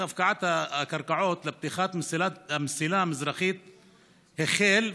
תהליך הפקעת הקרקעות לפתיחת המסילה המזרחית החל,